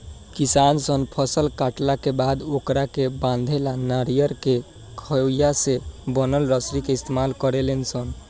किसान सन फसल काटला के बाद ओकरा के बांधे ला नरियर के खोइया से बनल रसरी के इस्तमाल करेले सन